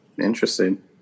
interesting